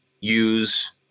use